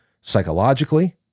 psychologically